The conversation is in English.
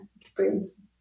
experience